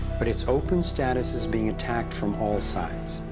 but its open status is being attacked from all sides.